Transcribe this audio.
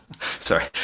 sorry